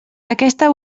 aquesta